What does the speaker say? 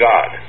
God